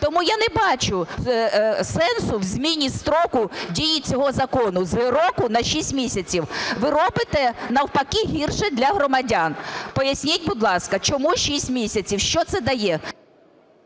Тому я не бачу сенсу в зміні строку дії цього закону з року на 6 місяців. Ви робите навпаки гірше для громадян. Поясніть, будь ласка, чому 6 місяців, що це дає?